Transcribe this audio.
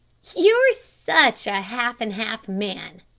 you're such a half-and-half man,